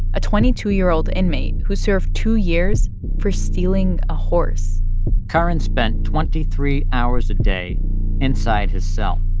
a twenty two year old inmate who served two years for stealing a horse curran spent twenty three hours a day inside his cell.